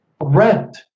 rent